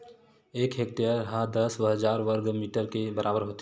एक हेक्टेअर हा दस हजार वर्ग मीटर के बराबर होथे